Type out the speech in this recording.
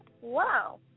Wow